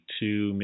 two